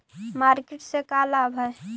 Market से का लाभ है?